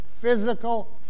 physical